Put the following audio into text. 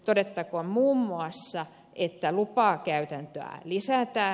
todettakoon muun muassa että lupakäytäntöä lisätään